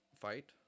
fight